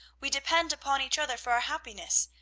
we depend upon each other for our happiness,